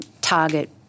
target